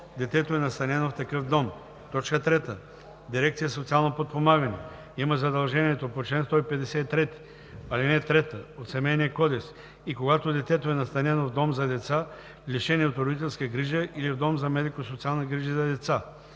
детето е настанено в такъв дом; 3. дирекция „Социално подпомагане“ има задължението по чл. 153, ал. 3 от Семейния кодекс и когато детето е настанено в дом за деца, лишени от родителска грижа или в дом за медико-социални грижи за деца;